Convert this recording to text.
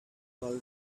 call